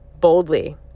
boldly